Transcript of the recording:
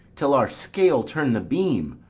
till our scale turn the beam.